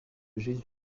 jésus